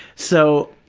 so,